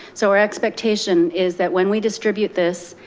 so our expectation is that when we distribute this,